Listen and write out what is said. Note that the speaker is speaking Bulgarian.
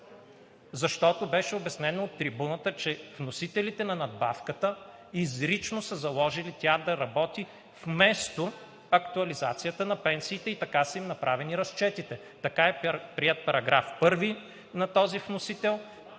Беше обяснено от трибуната, че вносителите на надбавката изрично са заложили тя да работи вместо актуализацията на пенсиите и така са направени разчетите. Така е приет § 1 на този вносител.